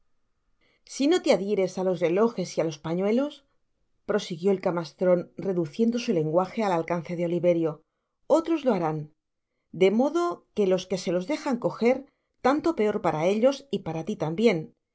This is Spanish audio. si no te adhieres á los relojes y á los pañuelos prosiguió el camastron reduciendo su lenguaje al alcance de oliverio otros lo harán de modo que los que se los dejan cojer tanto peor para ellos y para ti tambien